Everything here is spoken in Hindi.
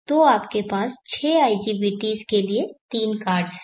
तो आपके पास छह IGBT's के लिए तीन कार्ड्स हैं